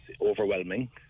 overwhelming